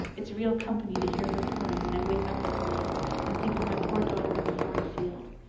it's real company to hear her purring when i wake up in the night and think of my poor daughter in the foreign field.